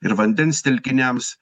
ir vandens telkiniams